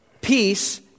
Peace